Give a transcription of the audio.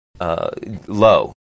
low